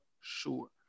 sure